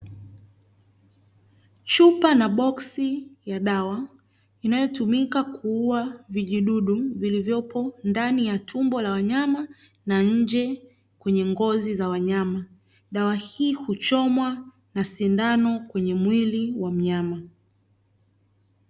Chupa na boksi ya dawa inayotumika kuua vijidudu vilivyopo ndani ya tumbo la wanyama na nje kwenye ngozi za wanyama. Dawa hii huchomwa na sindano kwenye mwili wa mnyama.